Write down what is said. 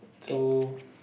can